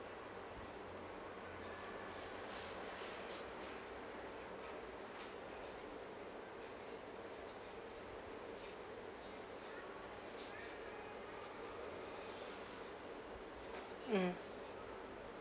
mm